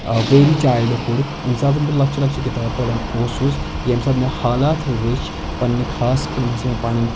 اَ very childhood ییٚمہِ ساتہٕ زَن بہٕ لَکچہِ لَکچہِ کِتابہٕ پَران اوسُس ییٚمہِ ساتہٕ مےٚ حالات وٕچھ پنٛنہِ خاص کر یِم ہَسا مےٚ پَنٕنۍ